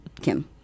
Kim